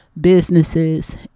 businesses